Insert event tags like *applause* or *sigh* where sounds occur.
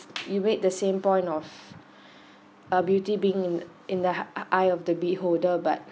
you made the same point of *breath* a beauty being in the in the e~ eye of the beholder but